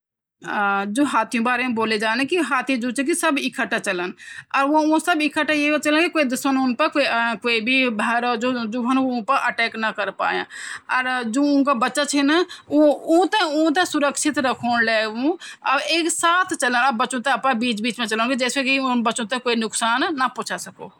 अगर आपते भौत आसान भाषा मां समझण कि डिजिटल कैमरा कमण्यें काम करद, यो बिल्कुल तनि काम करद जन आपो मोबाइलो कैमरा काम करद। आप मोबाइल ते चार्ज करदन, डिजिटल कैमरा ते भी चार्ज कन पड़द। अगर आप मोबाइल ते फोटो खींचणों ते बटण दबौंदन तनि डिजिटल कैमरा मां भी बटण दबौण पड़दन। आप मोबाइले फोटो ते प्रिंट छिन चैंणा आपते तेका, त आप के प्रिंटर वला मूं जाला तेमू बे प्रिंट निकालला। डिजिटल कैमरा मां भी यो ही सेम चीज ह्वोंदि। यनी काम करद डिजिटल कैमरा भि।